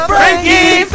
Frankie